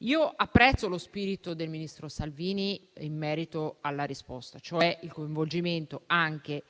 Io apprezzo lo spirito della risposta del ministro Salvini, cioè il coinvolgimento anche